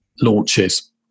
launches